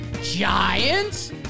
Giants